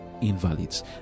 invalids